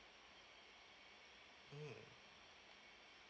mm